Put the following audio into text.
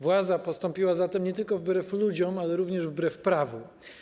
Władza postąpiła zatem nie tylko wbrew ludziom, ale również wbrew prawu.